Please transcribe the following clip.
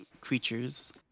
creatures